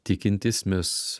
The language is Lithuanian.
tikintys mes